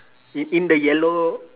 i~ in the yellow